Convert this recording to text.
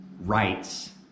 rights